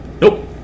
Nope